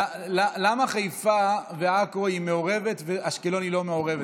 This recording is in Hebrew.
למה חיפה ועכו מעורבות ואשקלון לא מעורבת?